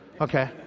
Okay